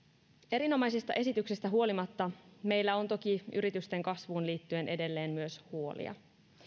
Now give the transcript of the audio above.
erinomaisista esityksistä huolimatta meillä on toki yritysten kasvuun liittyen edelleen myös huolia